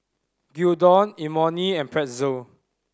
Gyudon Imoni and Pretzel